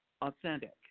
authentic